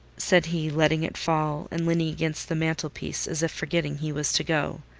said he, letting it fall, and leaning against the mantel-piece as if forgetting he was to go.